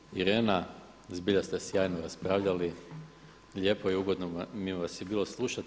Gospođo Irena zbilja ste sjajno raspravljali, lijepo i ugodno mi vas je bilo slušati.